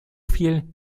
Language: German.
viel